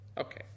Okay